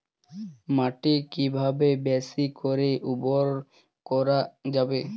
মাটি কিভাবে বেশী করে উর্বর করা যাবে?